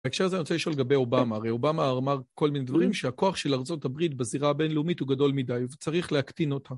בהקשר הזה אני רוצה לשאול לגבי אובמה, הרי אובמה אמר כל מיני דברים שהכוח של ארצות הברית בזירה הבינלאומית הוא גדול מדי וצריך להקטין אותה.